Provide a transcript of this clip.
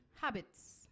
habits